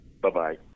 Bye-bye